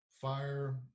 fire